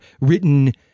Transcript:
written